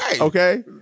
Okay